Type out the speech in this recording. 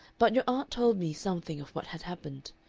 but your aunt told me something of what had happened.